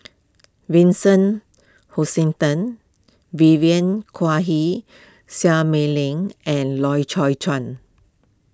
Vincent Hoisington Vivien Quahe Seah Mei Lin and Loy Chye Chuan